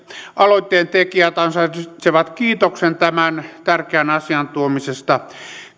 aloitteen tekijät ansaitsevat kiitoksen tämän tärkeän asian tuomisesta